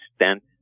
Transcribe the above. extent